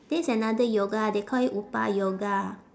that's another yoga they call it upa yoga